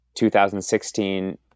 2016